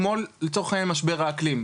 כמו לצורך העניין עם משבר האקלים,